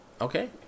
Okay